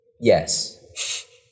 Yes